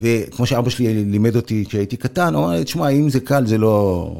וכמו שאבא שלי לימד אותי כשהייתי קטן, הוא אמר לי, תשמע, אם זה קל זה לא...